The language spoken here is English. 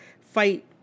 fight